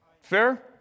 Fair